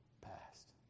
past